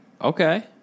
Okay